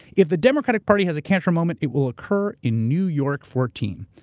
if the democratic party has a cantor moment, it will occur in new york fourteen.